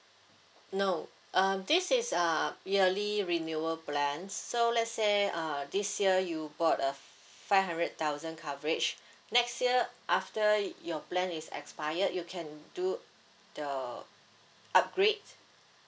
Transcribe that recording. no uh this is uh yearly renewal plan so let's say uh this year you bought a five hundred thousand coverage next year after your plan is expired you can do the upgrade